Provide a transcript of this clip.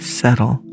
settle